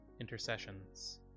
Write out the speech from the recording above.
intercessions